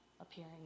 appearing